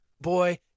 boy